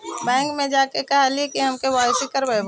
बैंकवा मे जा के कहलिऐ कि हम के.वाई.सी करईवो?